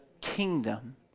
kingdom